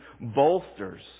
bolsters